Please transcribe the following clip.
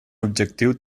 objectiu